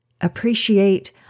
Appreciate